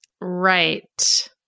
right